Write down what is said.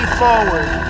forward